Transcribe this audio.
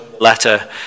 letter